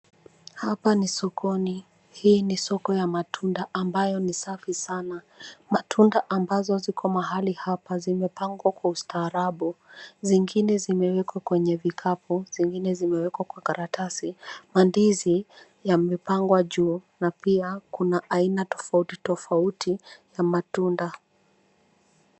Hapa ni sokoni. Hii ni soko ya matunda ambayo ni safi sana. Matunda ambazo ziko mahali hapa zimepangwa kwa ustaarabu. Zingine zimewekwa kwenye vikapu zingine zimewekwa kwa karatasi. Mandizi yamepangwa juu na pia kuna aina tofauti tofauti ya matunda.